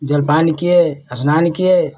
जलपान किए स्नान किए